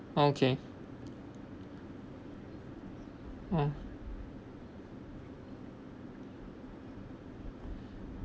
okay mm